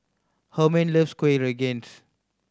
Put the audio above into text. Hermann loves Kueh Rengas